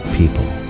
people